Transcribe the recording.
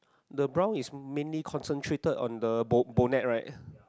the brown is mainly concentrated on the bo~ bonnet right